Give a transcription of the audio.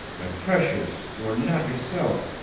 my precious! you are not yourself!